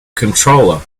controller